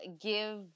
give